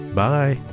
Bye